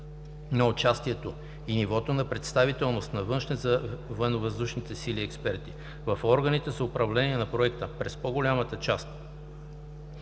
на участието и нивото на представителност на външни за ВВС експерти в органите за управление на проекта през по-голяма част